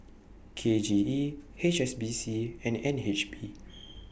K J E H S B C and N H B